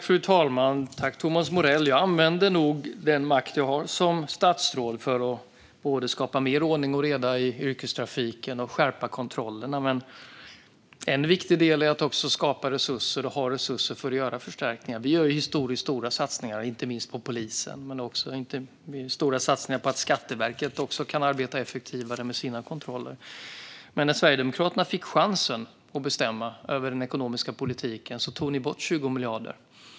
Fru talman! Jag använder nog den makt jag har som statsråd för att skapa mer ordning och reda i yrkestrafiken och skärpa kontrollerna. En viktig del är också att skapa resurser för att göra förstärkningar. Vi gör historiskt sett stora satsningar, inte minst på polisen och för att Skatteverket ska kunna arbeta effektivare med sina kontroller. Men när Sverigedemokraterna fick chansen att bestämma över den ekonomiska politiken tog ni bort 20 miljarder.